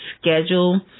schedule